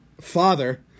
father